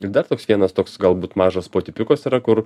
ir dar toks vienas toks galbūt mažas potipiukas yra kur